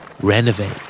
Renovate